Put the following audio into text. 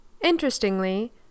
Interestingly